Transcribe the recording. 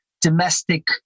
domestic